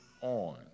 on